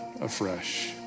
afresh